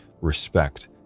respect